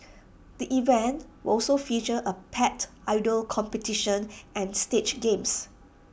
the event will also feature A pet idol competition and stage games